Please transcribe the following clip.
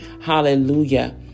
Hallelujah